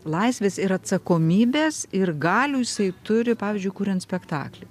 laisvės ir atsakomybės ir galių jisai turi pavyzdžiui kuriant spektaklį